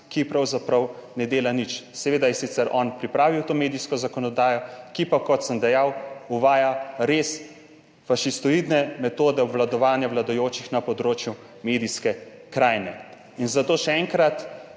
ki pravzaprav ne dela nič, seveda je sicer on pripravil to medijsko zakonodajo, ki pa, kot sem dejal, uvaja res fašistoidne metode obvladovanja vladajočih na področju medijske krajine. In zato še enkrat,